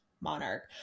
monarch